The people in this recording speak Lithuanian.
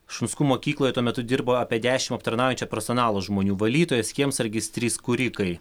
šunskų mokykloj tuo metu dirbo apie dešim aptarnaujančio personalo žmonių valytojas kiemsargis trys kūrikai